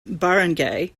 barangay